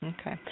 Okay